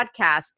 podcast